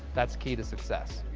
that's key to success.